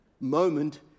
moment